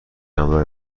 همراه